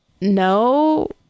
No